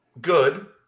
Good